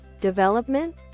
development